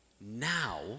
Now